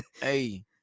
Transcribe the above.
hey